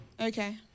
Okay